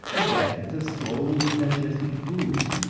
adapted to slowly digesting foods,